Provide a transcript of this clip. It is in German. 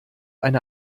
eine